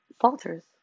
falters